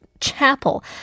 Chapel